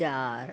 चारि